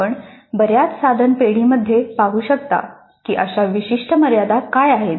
आपण बऱ्याच साधन पेढीमध्ये पाहू शकता की अशा विशिष्ट मर्यादा काय आहेत